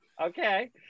Okay